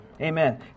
Amen